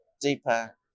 deeper